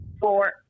Four